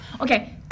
okay